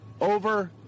over